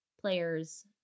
players